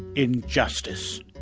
injustice.